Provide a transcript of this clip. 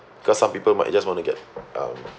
cause some people might just want to get um